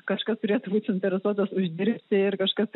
kažkas turėtų būti suinteresuotas uždirbti ir kažkas